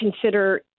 consider